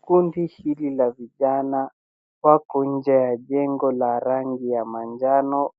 Kundi hili la vijana wako nje ya jengo la rangi ya manjano